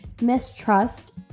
mistrust